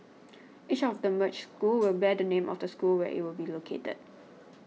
each of the merged schools will bear the name of the school where it will be located